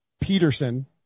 Peterson